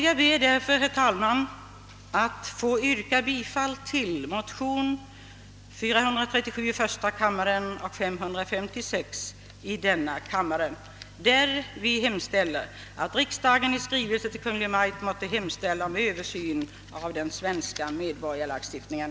Jag ber därför, herr talman, att få yrka bifall till motion nr 437 i första kammaren och 556 i denna kammare, där vi hemställt att riksdagen i skrivelse till Kungl. Maj:t måtte hemställa om översyn av den svenska medborgarskapslagstiftningen.